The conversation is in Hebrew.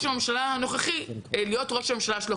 הממשלה הנוכחי להיות ראש הממשלה שלו,